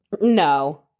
No